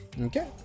okay